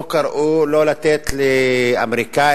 לא קראו לא לתת לאמריקנים,